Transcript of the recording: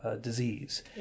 disease